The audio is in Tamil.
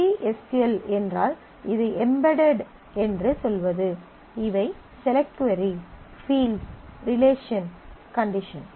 EXEC எஸ் க்யூ எல் என்றால் இது எம்பெட்டட் என்று சொல்வது இவை select query fields relation condition